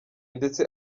ndetse